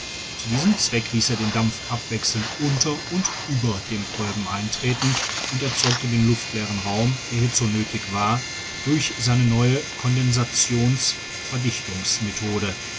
zu diesem zwecke ließ er den dampf abwechselnd unter und über dem kolben eintreten und erzeugte den luftleeren raum der hierzu nöthig war durch seine neue